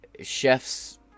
Chef's